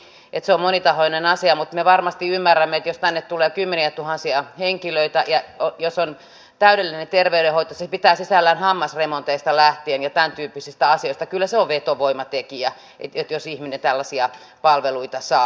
ymmärrän toki että se on monitahoinen asia mutta me varmasti ymmärrämme että jos tänne tulee kymmeniätuhansia henkilöitä ja jos on täydellinen terveydenhoito se pitää sisällään kaiken hammasremonteista ja tämäntyyppisistä asioista lähtien kyllä se on vetovoimatekijä jos ihminen tällaisia palveluita saa